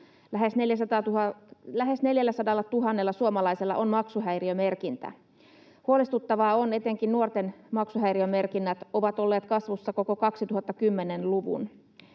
Lähes 400 000 suomalaisella on maksuhäiriömerkintä. Huolestuttavaa on etenkin se, että nuorten maksuhäiriömerkinnät ovat olleet kasvussa koko 2010-luvun.